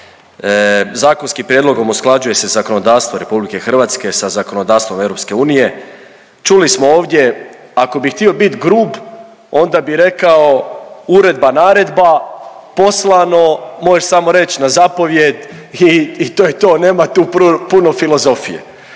Zakonskim prijedlogom usklađuje se zakonodavstvo RH sa zakonodavstvom EU. Čuli smo ovdje ako bi htio bit grub onda bi rekao uredba naredba, poslano, možeš samo reć na zapovijed i to je to, nema tu puno filozofije.